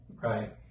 Right